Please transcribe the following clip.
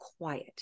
quiet